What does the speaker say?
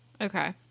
okay